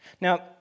Now